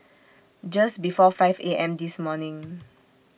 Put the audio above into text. Just before five A M This morning